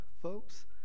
folks